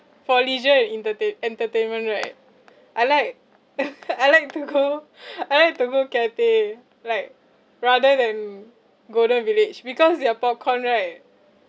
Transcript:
for leisure and entertain~ entertainment right I like I like to go I like to go cathay like rather than golden village because their popcorn right